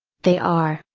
they are,